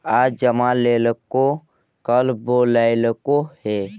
आज जमा लेलको कल बोलैलको हे?